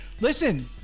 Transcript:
listen